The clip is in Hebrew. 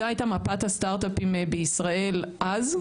זו הייתה מפת הסטארט-אפים בישראל אז,